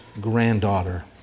granddaughter